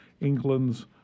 England's